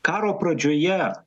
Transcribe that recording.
karo pradžioje